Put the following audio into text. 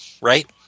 right